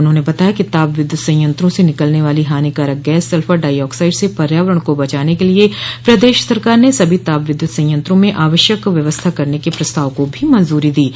उन्होंने बताया कि ताप विद्युत संयंत्रों से निकलने वाली हानिकारक गैस सल्फर डाई आक्साइड से पर्यावरण को बचाने क लिए प्रदेश सरकार ने सभी ताप विद्युत संयंत्रों में आवश्यक व्यवस्था करने के प्रस्ताव को भी मंजूरी दी है